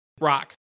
Rock